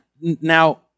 Now